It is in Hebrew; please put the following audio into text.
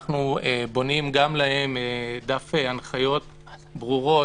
אנחנו בונים גם להם דף הנחיות ברורות,